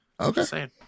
Okay